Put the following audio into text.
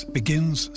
begins